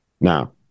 Now